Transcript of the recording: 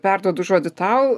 perduodu žodį tau